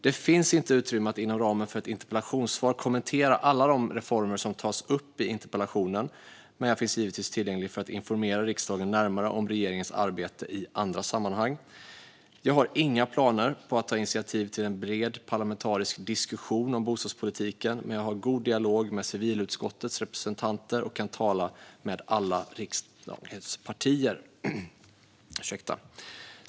Det finns inte utrymme att inom ramen för ett interpellationssvar kommentera alla de reformer som tas upp i interpellationen, men jag finns givetvis tillgänglig för att informera riksdagen närmare om regeringens arbete i andra sammanhang. Jag har inga planer på att ta initiativ till en bred parlamentarisk diskussion om bostadspolitiken, men jag har god dialog med civilutskottets representanter och kan tala med alla riksdagens partier.